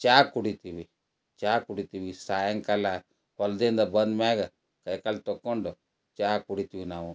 ಚಹಾ ಕುಡಿತೀವಿ ಚಹಾ ಕುಡಿತೀವಿ ಸಾಯಂಕಾಲ ಹೊಲದಿಂದ ಬಂದ ಮ್ಯಾಗ ಕೈಕಾಲು ತೊಗೊಂಡು ಚಹಾ ಕುಡಿತೀವಿ ನಾವು